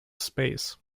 space